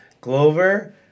Glover